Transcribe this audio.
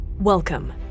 Welcome